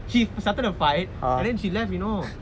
she started the fight and then she left you know